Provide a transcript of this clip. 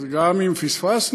אז גם אם פספסנו,